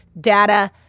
data